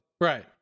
Right